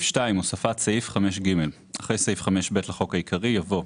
הוספת סעיף 5ג 2. אחרי סעיף 5ב לחוק העיקרי יבוא: